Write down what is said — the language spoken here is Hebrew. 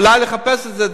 אולי דרך הסל.